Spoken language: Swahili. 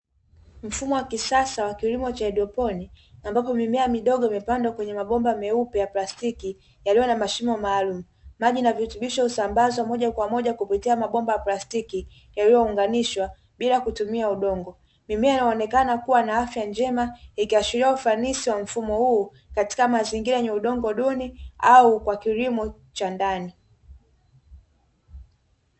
Mfumo wa kisasa wa kilimo cha haidroponi, ambapo mimea midogo imepandwa kwenye mabomba meupe ya plastiki yaliyo na mashimo maalumu. Maji na virutubisho husambazwa moja kwa moja kupitia mabomba ya plastiki, yaliyounganishwa bila kutumia udongo. Mimea inaonekana kuwa na afya njema, ikiashiria ufanisi wa mfumo huu katika mazingira yenye udongo duni, au kwa kilimo cha ndani.